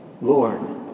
Lord